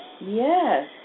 Yes